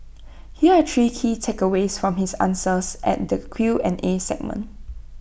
here are three key takeaways from his answers at the Q and A segment